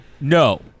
No